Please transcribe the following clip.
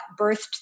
birthed